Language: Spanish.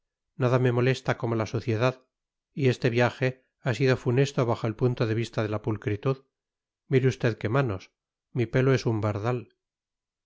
nada me molesta como la suciedad y este viaje ha sido funesto bajo el punto de vista de la pulcritud mire usted qué manos mi pelo es un bardal